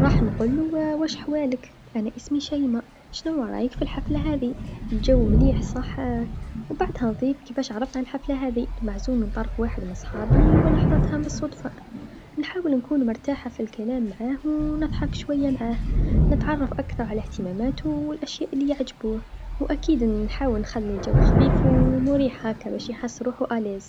راح نقولو واش حوالك أنا شيما شنوا رايك في الحفله هاذي؟ الجو مليح صحا بعدها نضيف كيفاش نعرفها الحفله هاذي معزوم من طرف حدا من صحابي و لا حضرتها بالصدفه، نحاول نكون مرتاحه في الكلام معاه و نضحك شويا معاه، نتعرف أكثر على إهتيماماتو و الأشياء ليعجبوه و أكيد نحاول نخلي الجو خفيف و مريح هاكا باش يحس روحو مرتاح.